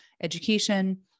education